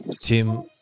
Tim